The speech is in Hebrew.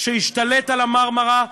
שהשתלט על ה"מרמרה",